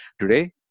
Today